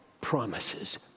promises